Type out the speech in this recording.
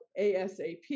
ASAP